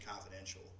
confidential